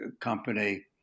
company